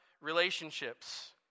relationships